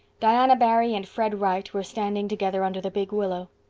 diana barry and fred wright were standing together under the big willow.